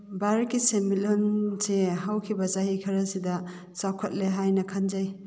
ꯚꯥꯔꯠꯀꯤ ꯁꯦꯟꯃꯤꯠꯂꯣꯟꯁꯦ ꯍꯧꯈꯤꯕ ꯆꯍꯤ ꯈꯔꯁꯤꯗ ꯆꯥꯎꯈꯠꯂꯦ ꯍꯥꯏꯅ ꯈꯟꯖꯩ